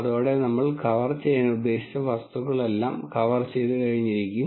അതോടെ നമ്മൾ കവർ ചെയ്യാൻ ഉദ്ദേശിച്ചിരുന്ന വസ്തുക്കളെല്ലാം കവർ ചെയ്തുകഴിഞ്ഞിരിക്കും